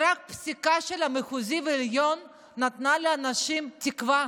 ורק פסיקה של המחוזי והעליון נתנה לאנשים תקווה,